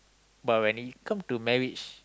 but when it come to marriage